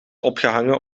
opgehangen